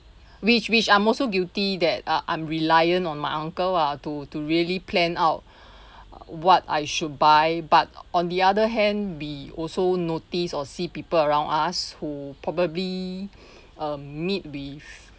which which I'm also guilty that uh I'm reliant on my uncle ah to to really planned out what I should buy but on the other hand we also notice or see people around us who probably um meet with